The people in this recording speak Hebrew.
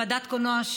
ועדת הקולנוע,